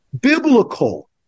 biblical